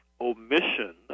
omission